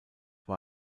war